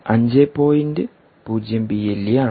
0 BLE ആണ്